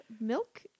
milk